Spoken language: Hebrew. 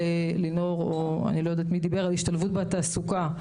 דובר על השתלבות בתעסוקה,